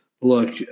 look